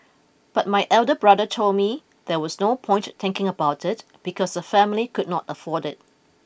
but my elder brother told me there was no point thinking about it because the family could not afford it